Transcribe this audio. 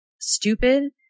stupid